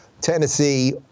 Tennessee